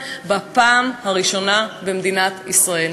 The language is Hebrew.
בפעם הראשונה במדינת ישראל.